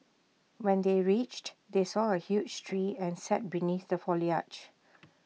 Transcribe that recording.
when they reached they saw A huge tree and sat beneath the foliage